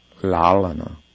lalana